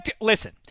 listen